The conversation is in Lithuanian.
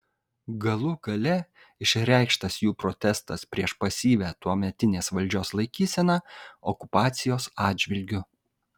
galų gale išreikštas jų protestas prieš pasyvią tuometinės valdžios laikyseną okupacijos atžvilgiu